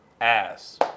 ass